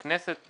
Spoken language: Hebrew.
בכנסת,